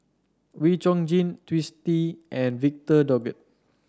Wee Chong Jin Twisstii and Victor Doggett